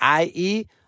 IE